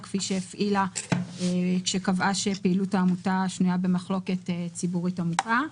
כפי שהפעילה כשקבעה שפעילות העמותה שנויה במחלוקת ציבורית עמוקה.